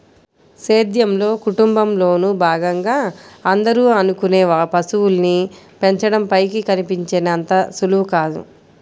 సేద్యంలో, కుటుంబంలోను భాగంగా అందరూ అనుకునే పశువుల్ని పెంచడం పైకి కనిపించినంత సులువు కాదు